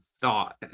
thought